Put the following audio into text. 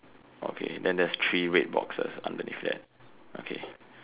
okay then there's three red boxes underneath there okay